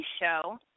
show